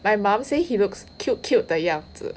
my mum say he looks cute cute 的样子